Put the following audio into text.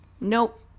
nope